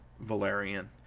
valerian